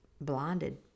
blinded